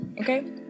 Okay